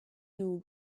nhw